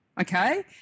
okay